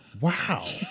Wow